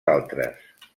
altres